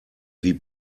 wie